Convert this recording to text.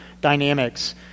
dynamics